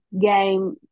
game